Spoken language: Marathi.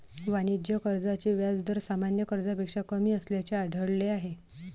वाणिज्य कर्जाचे व्याज दर सामान्य कर्जापेक्षा कमी असल्याचे आढळले आहे